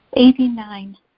Eighty-nine